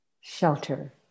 shelter